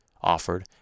offered